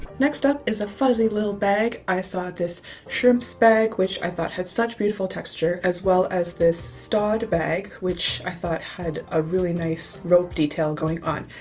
next up is a fuzzy little bag i saw this shrimps bag, which i thought had such beautiful texture as well as this staad bag which i thought had a really nice rope detail going on.